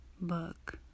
book